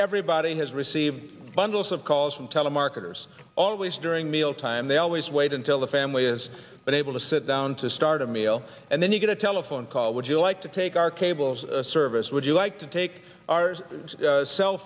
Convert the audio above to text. everybody has received bundles of calls from telemarketers always during meal time they always wait until the family is but able to sit down to start a meal and then you get a telephone call would you like to take our cables service would you like to take ours cell